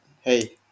hey